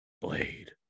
blade